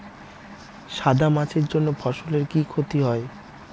সাদা মাছির জন্য ফসলের কি ক্ষতি হয়?